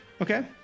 Okay